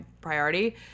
priority